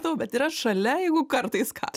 tau bet yra šalia jeigu kartais ką